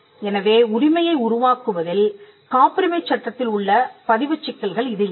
எனவே உரிமையை உருவாக்குவதில் காப்புரிமை சட்டத்தில் உள்ள பதிவுச் சிக்கல்கள் இதில் இல்லை